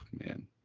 man